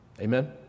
Amen